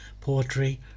poetry